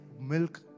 milk